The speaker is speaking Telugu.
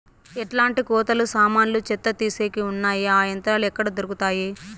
ఎట్లాంటి కోతలు సామాన్లు చెత్త తీసేకి వున్నాయి? ఆ యంత్రాలు ఎక్కడ దొరుకుతాయి?